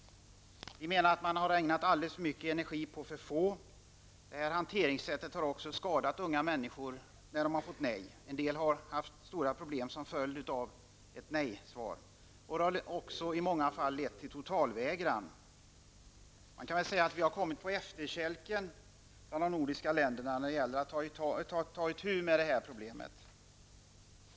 Vi menar att man har ägnat alldeles för mycket energi åt för få människor. Hanteringssättet har också skadat unga människor som har fått nej. En del har fått stora problem till följd av ett nejsvar. Det har också i många fall lett till totalvägran. Man kan säga att vi har kommit på efterkälken bland de nordiska länderna när det gäller att ta itu med detta problem.